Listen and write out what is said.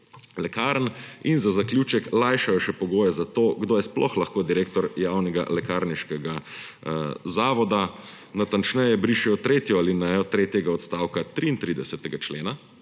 lekarn. In za zaključek lajšajo še pogoje za to, kdo je sploh lahko direktor javnega lekarniškega zavoda. Natančneje, brišejo tretjo alinejo tretjega odstavka 33. člena,